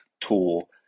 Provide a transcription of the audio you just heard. tool